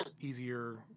easier